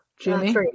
Jimmy